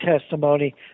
testimony